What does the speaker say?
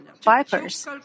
vipers